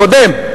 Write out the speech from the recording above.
הקודם.